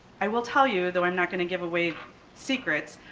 i will tell you though, i'm not gonna give away secrets.